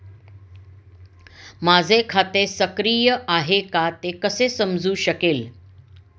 माझे खाते सक्रिय आहे का ते कसे समजू शकेल?